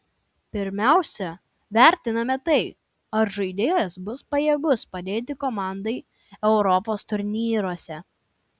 pirmiausia vertiname tai ar žaidėjas bus pajėgus padėti komandai europos turnyruose